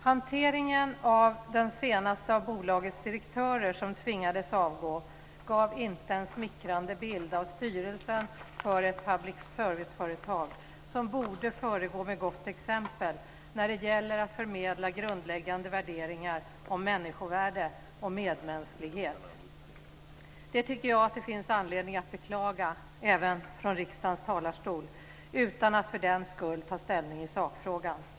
Hanteringen av den senaste av bolagets direktörer som tvingades avgå gav inte en smickrande bild av styrelsen för ett public service-företag, som borde föregå med gott exempel när det gäller att förmedla grundläggande värderingar om människovärde och medmänsklighet. Det tycker jag att det finns anledning att beklaga även från riksdagens talarstol utan att för den skull ta ställning i sakfrågan.